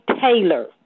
Taylor